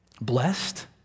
blessed